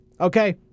Okay